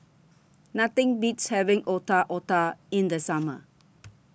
Nothing Beats having Otak Otak in The Summer